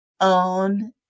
own